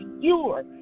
pure